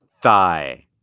Thigh